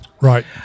Right